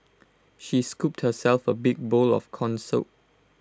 she scooped herself A big bowl of Corn Soup